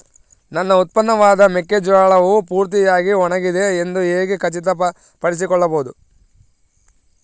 ನನ್ನ ಉತ್ಪನ್ನವಾದ ಮೆಕ್ಕೆಜೋಳವು ಪೂರ್ತಿಯಾಗಿ ಒಣಗಿದೆ ಎಂದು ಹೇಗೆ ಖಚಿತಪಡಿಸಿಕೊಳ್ಳಬಹುದು?